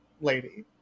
Lady